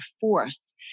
force